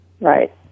Right